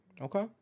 Okay